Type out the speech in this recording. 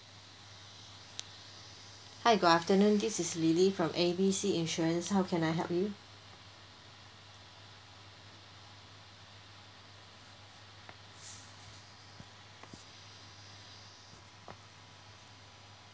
hi good afternoon this is lily from A B C insurance how can I help you